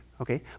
okay